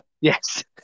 Yes